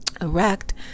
erect